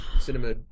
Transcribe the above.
cinema